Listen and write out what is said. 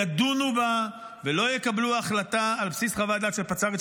ידונו בה ולא יקבלו החלטה על בסיס חוות דעת של הפצ"רית,